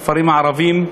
בכפרים הערביים,